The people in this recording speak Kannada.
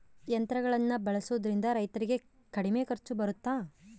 ಯಂತ್ರಗಳನ್ನ ಬಳಸೊದ್ರಿಂದ ರೈತರಿಗೆ ಕಡಿಮೆ ಖರ್ಚು ಬರುತ್ತಾ?